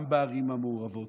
גם בערים המעורבות,